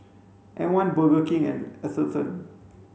M one Burger King and Atherton